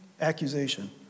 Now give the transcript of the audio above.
accusation